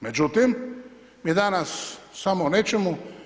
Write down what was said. Međutim, mi danas samo o nečemu.